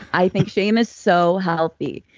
i think shame is so healthy.